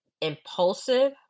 impulsive